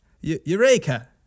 Eureka